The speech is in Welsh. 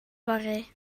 fory